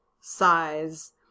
size